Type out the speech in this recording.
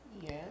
Yes